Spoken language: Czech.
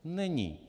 Není.